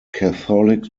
catholic